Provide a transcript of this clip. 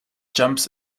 jumps